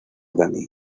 dani